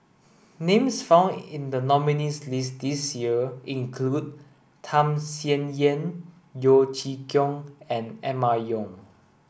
names found in the nominees' list this year include Tham Sien Yen Yeo Chee Kiong and Emma Yong